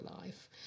life